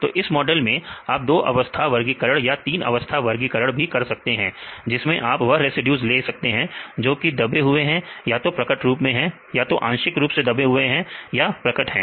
तो इस मॉडल में आप दो अवस्था वर्गीकरण या तीन अवस्था वर्गीकरण भी कर सकते हैं जिसमें आप वह सेड्यूस ले सकते हैं जो कि दबे हुए हैं या तो प्रकट रूप में हैं या तो आंशिक रूप से दबे हुए हैं या प्रकट है